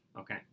okay